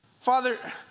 Father